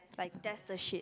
like test the shade